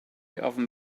often